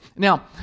Now